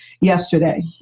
yesterday